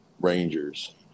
Rangers